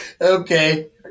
Okay